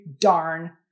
darn